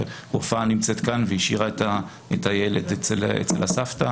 רופאה נמצאת כאן והיא השאירה את הילד אצל הסבתא,